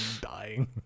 dying